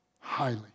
highly